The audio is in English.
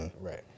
right